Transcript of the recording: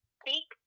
speak